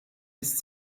ist